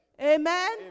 Amen